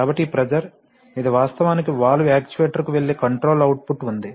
కాబట్టి ఈ ప్రెషర్ ఇది వాస్తవానికి వాల్వ్ యాక్చుయేటర్కు వెళ్లే కంట్రోలర్ అవుట్పుట్ ఉంది